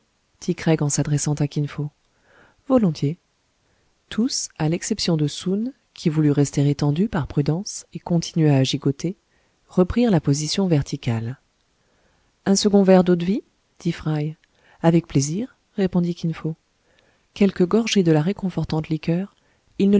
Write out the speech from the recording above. dit craig en s'adressant à kin fo volontiers tous à l'exception de soun qui voulut rester étendu par prudence et continua à gigoter reprirent la position verticale un second verre d'eau-de-vie dit fry avec plaisir répondit kin fo quelques gorgées de la réconfortante liqueur